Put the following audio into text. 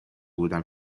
بودم